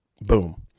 Boom